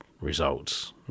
results